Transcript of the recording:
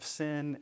sin